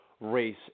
race